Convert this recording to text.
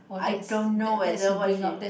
I don't know whether what she